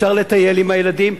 אפשר לטייל עם הילדים.